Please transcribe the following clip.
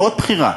מאוד בכירה,